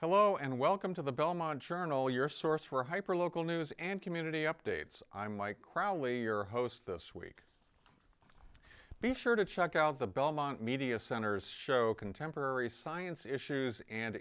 hello and welcome to the belmont journal your source for hyper local news and community updates i'm mike crowley your host this week be sure to check out the belmont media centers show contemporary science issues and